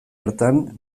hartan